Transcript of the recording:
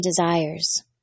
desires